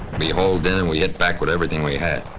behold, and then we hit back with everything we had.